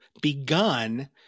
begun